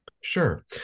Sure